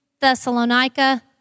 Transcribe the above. Thessalonica